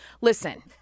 Listen